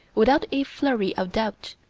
without a flurry of doubt,